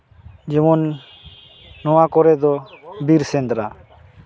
ᱡᱮᱢᱚᱱ ᱱᱚᱣᱟ ᱠᱚᱨᱮᱫ ᱫᱚ ᱵᱤᱨ ᱥᱮᱸᱫᱽᱨᱟ